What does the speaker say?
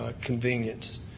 convenience